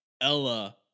Ella